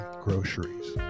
groceries